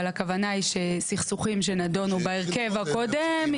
אבל הכוונה היא שסכסוכים שנדונו בהרכב הקודם,